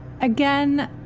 Again